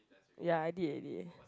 ya I did I did